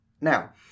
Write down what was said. Now